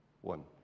one